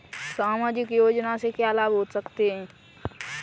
सामाजिक योजना से क्या क्या लाभ होते हैं?